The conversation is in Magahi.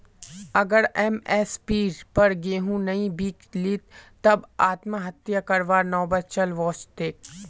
अगर एम.एस.पीर पर गेंहू नइ बीक लित तब आत्महत्या करवार नौबत चल वस तेक